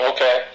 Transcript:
Okay